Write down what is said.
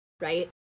Right